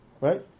Right